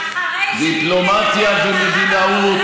אז ההסכם נחתם אחרי שביבי נתניהו נאם בקונגרס.